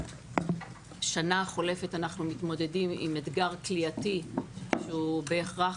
בשנה החולפת אנחנו מתמודדים עם אתגר כליאתי שהוא בהכרח